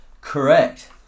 Correct